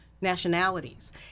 nationalities